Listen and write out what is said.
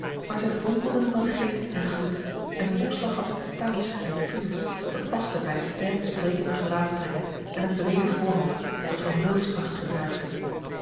maar zij vonkelden van geest en gloed en hun opslag had iets stouts en fiers dat paste bij de sterk sprekende gelaatstrekken en het breede voorhoofd dat van wilskracht getuigde